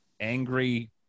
angry